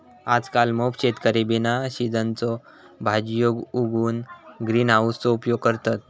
आजकल मोप शेतकरी बिना सिझनच्यो भाजीयो उगवूक ग्रीन हाउसचो उपयोग करतत